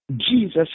Jesus